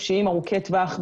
לנזקים נפשיים ארוכי טווח.